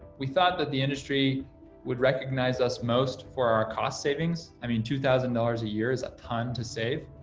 we thought that the industry would recognize us most for our cost savings. i mean, two thousand dollars a year is a ton to save.